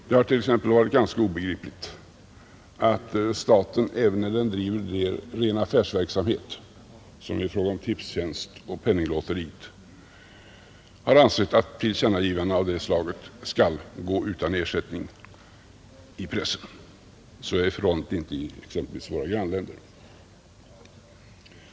Det har t.ex. varit ganska obegripligt att staten, även när den driver ren affärsverksamhet, som i fråga om Tipstjänst och Penninglotteriet, har ansett att tillkännagivanden av det slaget skall gå utan ersättning i pressen. Så är inte förhållandet i exempelvis våra grannländer.